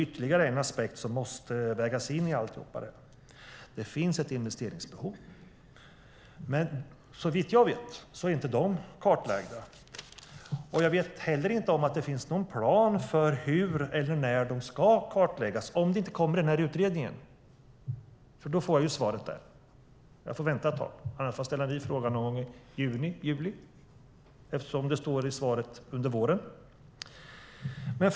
Ytterligare en aspekt som måste vägas in är att det finns investeringsbehov. Men såvitt jag vet är de inte kartlagda. Jag vet heller inte att det finns någon plan för hur eller när de ska kartläggas, om det inte kommer i utredningen där jag i så fall får svaret. Annars får jag ställa en ny fråga någon gång i juni eller juli, eftersom det står i svaret att den ska komma under våren.